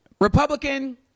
Republican